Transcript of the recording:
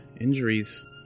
injuries